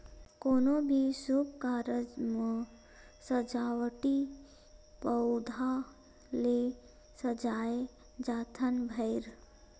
कोनो भी सुभ कारज म सजावटी पउधा ले सजाए जाथन भइर